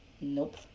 Nope